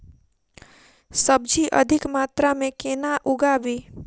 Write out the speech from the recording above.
सब्जी अधिक मात्रा मे केना उगाबी?